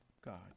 God